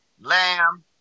Lamb